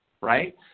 right